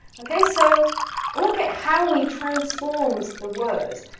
okay, so look at how we transformed the word.